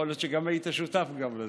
יכול להיות שגם היית שותף לזה.